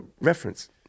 reference